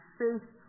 faith